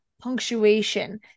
punctuation